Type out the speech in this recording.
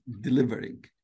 delivering